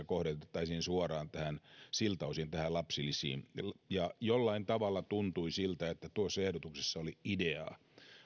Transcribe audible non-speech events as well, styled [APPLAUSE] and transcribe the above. [UNINTELLIGIBLE] kohdennettaisiin siltä osin suoraan lapsilisiin jollain tavalla tuntui siltä että tuossa ehdotuksessa oli ideaa